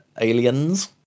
Aliens